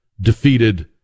defeated